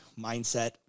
mindset